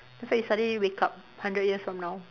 after that you suddenly wake up hundred years from now